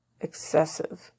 excessive